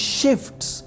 shifts